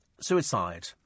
suicide